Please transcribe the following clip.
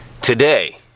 today